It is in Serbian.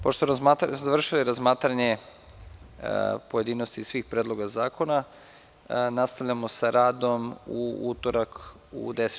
Pošto smo završili razmatranje pojedinosti svih predloga zakona, sa radom nastavljamo u utorak u 10,